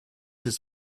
his